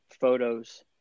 photos